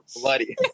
bloody